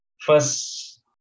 First